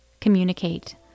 communicate